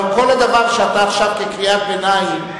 אבל כל הדבר שאתה עכשיו אומר כקריאת ביניים,